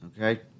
Okay